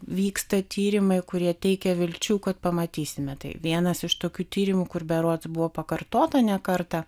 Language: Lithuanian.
vyksta tyrimai kurie teikia vilčių kad pamatysime tai vienas iš tokių tyrimų kur berods buvo pakartota ne kartą